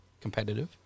competitive